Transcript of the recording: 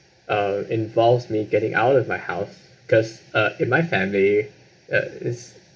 uh involves me getting out of my house because uh in my family uh it's